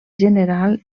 general